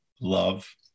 Love